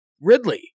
Ridley